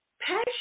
Passion